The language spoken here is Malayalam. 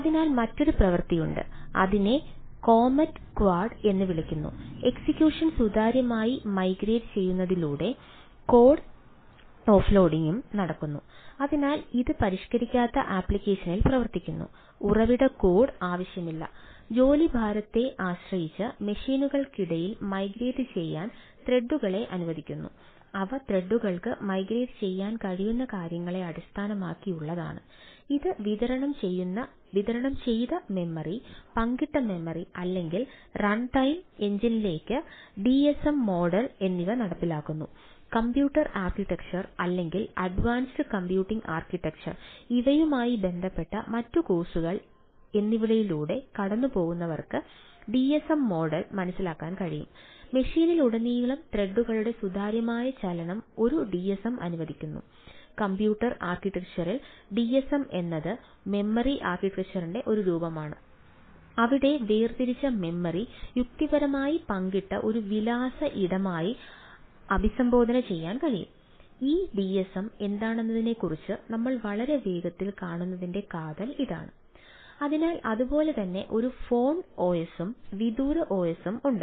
അതിനാൽ മറ്റൊരു പ്രവൃത്തിയുണ്ട് അതിനെ കോമറ്റ് ക്വാഡ് എന്ന് വിളിക്കുന്നു എക്സിക്യൂഷൻ സുതാര്യമായി മൈഗ്രേറ്റ് ചെയ്യുന്നതിലൂടെ കോഡ് ഓഫ്ലോഡിംഗ് എന്താണെന്നതിനെക്കുറിച്ച് നമ്മൾ വളരെ വേഗത്തിൽ കാണുന്നതിന്റെ കാതൽ ഇതാണ് അതിനാൽ അതുപോലെ തന്നെ ഒരു ഫോൺ OS ഉം വിദൂര OS ഉം ഉണ്ട്